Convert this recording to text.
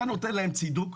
אתה נותן להם צידוק.